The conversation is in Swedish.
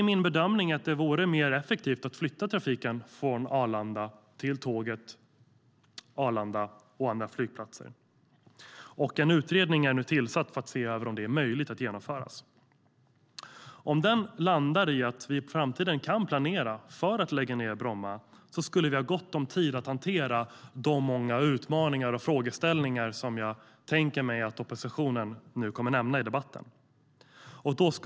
En utredning har tillsatts för att se över om det är möjlighet att genomföra. Om utredningen landar i att vi kan planera för att så småningom lägga ned Bromma skulle vi ha gott om tid att hantera de många utmaningar och frågor som jag tror att oppositionen kommer att nämna i dagens debatt.